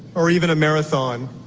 or even a marathon,